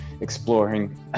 exploring